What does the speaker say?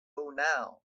now